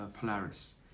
Polaris